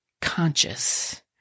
conscious